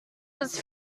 was